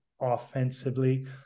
offensively